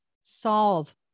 solve